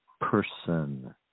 person